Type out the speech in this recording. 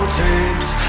tapes